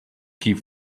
keep